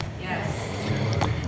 Yes